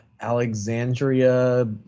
Alexandria